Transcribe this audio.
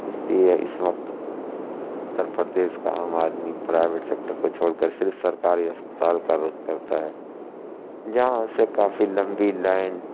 اس لیے اس وقت اتر پردیش کا عام آدمی پرائیویٹ سیکٹر کو چھوڑ کر صرف سرکاری اسپتال کا رخ کرتا ہے جہاں اسے کافی لمبی لائن